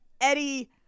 Eddie